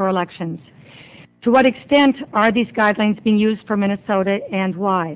for elections to what extent are these guidelines being used for minnesota and why